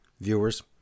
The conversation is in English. viewers